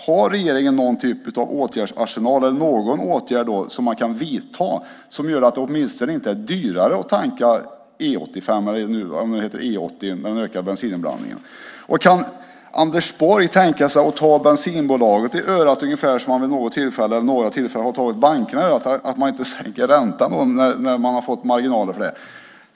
Har regeringen i det uppkomna läget någon typ av åtgärd som man kan vidta för att det åtminstone inte ska vara dyrare att tanka E 85, eller om det heter E 80 med ökad bensininblandning? Kan Anders Borg tänka sig att ta bensinbolagen i örat ungefär som han vid några tillfällen tagit bankerna i örat för att de inte sänker räntan när de fått marginaler för det?